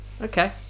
Okay